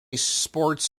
sports